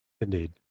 Indeed